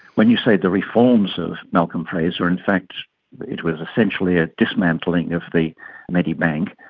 when you say the reforms of malcolm fraser, in fact it was essentially a dismantling of the medibank,